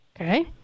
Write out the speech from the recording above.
Okay